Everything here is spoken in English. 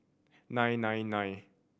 nine nine nine